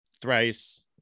thrice